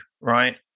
right